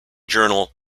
journal